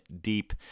deep